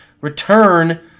return